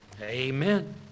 Amen